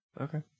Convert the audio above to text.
Okay